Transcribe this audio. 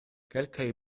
kelkaj